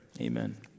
Amen